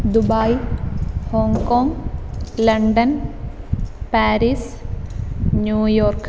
Dubai Hong Kong London Paris New York